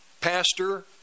pastor